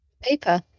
paper